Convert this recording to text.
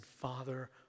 Father